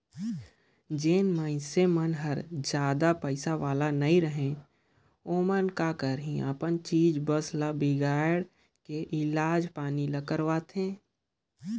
जेन मइनसे मन हर जादा पइसा वाले नइ रहें ओमन का करही अपन चीच बस ल बिगायड़ के इलाज पानी ल करवाथें